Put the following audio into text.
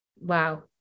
wow